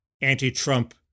anti-Trump